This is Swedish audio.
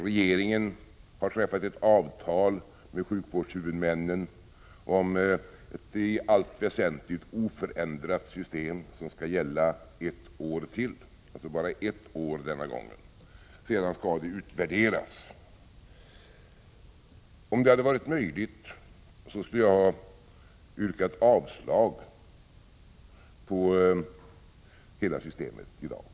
Regeringen har träffat ett avtal med sjukvårdshuvudmännen om ett i allt väsentligt oförändrat system som skall gälla ett år till, alltså bara ett år denna gång. Sedan skall det utvärderas. Om det hade varit möjligt skulle jag ha yrkat avslag på hela systemet i dag. — Prot.